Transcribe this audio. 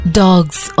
dogs